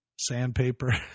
sandpaper